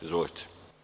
Izvolite.